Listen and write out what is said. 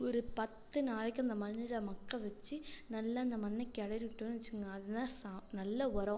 ஒரு பத்து நாளைக்கு அந்த மண்ணில் மக்க வச்சு நல்ல அந்த மண்ணை கிளறி விட்டோன்னு வச்சுக்கோங்க அது தான் சார் நல்ல உரம்